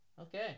Okay